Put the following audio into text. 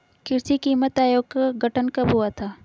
कृषि कीमत आयोग का गठन कब हुआ था?